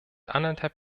anderthalb